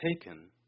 taken